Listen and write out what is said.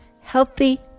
healthy